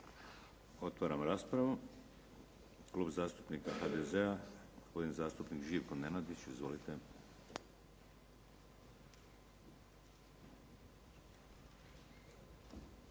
Otvaram raspravu. Klub zastupnika HDZ-a. Gospodin zastupnik Živko Nenadić. Izvolite.